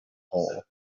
hole